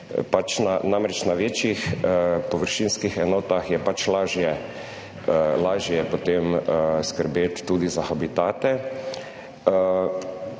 pač, namreč na večjih površinskih enotah je pač lažje, potem skrbeti tudi za habitate.